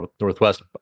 Northwest